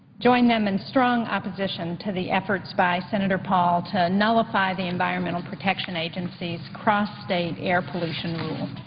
join them in strong opposition to the efforts by senator paul to nullify the environmental protection agency's cross-state air pollution rule.